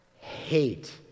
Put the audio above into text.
hate